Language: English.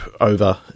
over